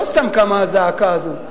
לא סתם קמה הזעקה הזו.